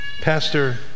Pastor